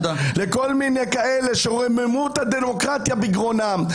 לכאלה שרוממות הדמוקרטיה בגרונם.